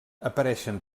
apareixen